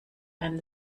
ein